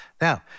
Now